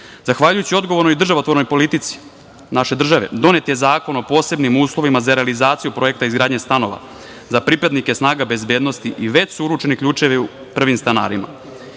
građana. Zahvaljujući odgovornoj državotvornoj polici naše države donet je Zakon o posebnim uslovima za realizaciju projekta izgradnje stanova za pripadnike snaga bezbednosti i već su uručeni ključevi prvim stanarima. Iskreno